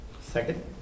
second